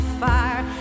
fire